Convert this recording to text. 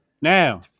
now